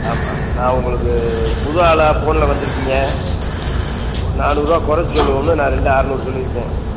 ஆமாம் நான் உங்களுக்கு புது ஆளாக ஃபோனில் வந்திருக்கீங்க ஒரு நானூறுரூவா குறைச்சி சொல்லுவோம்னு நான் ரெண்டு அறநூறு சொல்லியிருக்கேன்